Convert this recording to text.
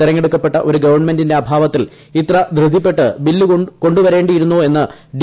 തിരഞ്ഞെടുക്കപ്പെട്ട ഒരു ഗവൺമെന്റിന്റെ അഭാവത്തിൽ ഇത്ര ധൃതിപ്പെട്ട് ബില്ല് കൊണ്ടുവരേണ്ടിയിരുന്നോ എന്ന് ഡി